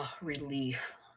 relief